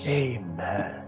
amen